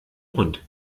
hund